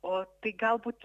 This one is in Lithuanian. o tai galbūt